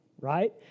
Right